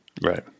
Right